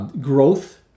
growth